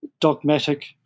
dogmatic